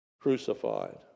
crucified